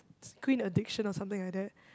screen addiction or something like that